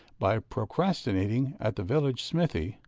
by procrastinating at the village smithy,